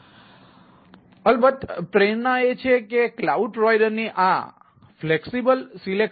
તેથી અલબત્ત પ્રેરણા એ છે કે ક્લાઉડ પ્રોવાઇડરની આ લવચીક